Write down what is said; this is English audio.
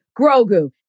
Grogu